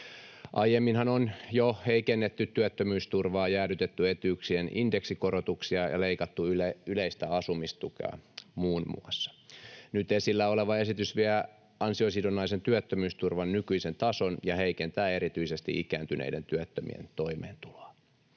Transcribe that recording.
Aiemminhan on jo heikennetty työttömyysturvaa, jäädytetty etuuksien indeksikorotuksia ja leikattu yleistä asumistukea, muun muassa. Nyt esillä oleva esitys vie ansiosidonnaisen työttömyysturvan nykyisen tason ja heikentää erityisesti ikääntyneiden työttömien toimeentuloa.